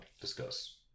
discuss